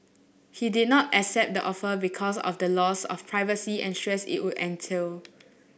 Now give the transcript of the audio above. he did not accept the offer because of the loss of privacy and stress it would entail